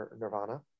Nirvana